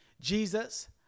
Jesus